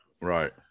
Right